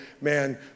man